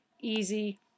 easy